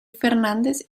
fernández